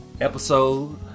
episode